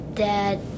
Dad